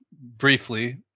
briefly